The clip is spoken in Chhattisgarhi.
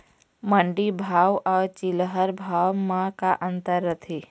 मंडी भाव अउ चिल्हर भाव म का अंतर रथे?